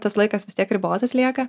tas laikas vis tiek ribotas lieka